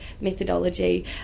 methodology